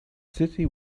city